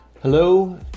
Hello